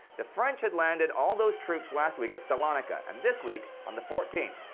the french had landed all those troops last week at salonika, and this week, on the fourteenth,